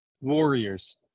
Warriors